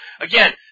Again